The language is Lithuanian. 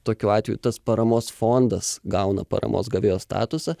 tokiu atveju tas paramos fondas gauna paramos gavėjo statusą